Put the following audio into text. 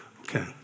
Okay